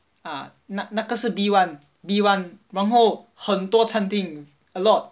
啊那那个是 B one B one 然后很多餐厅 a lot